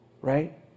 Right